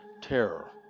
Terror